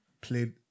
played